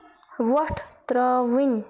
وۄٹھ ترٛاوٕنۍ